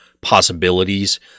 possibilities